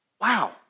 wow